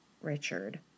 Richard